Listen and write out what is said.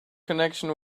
connection